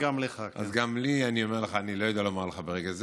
גם אני אומר לך שאני לא יודע ברגע זה,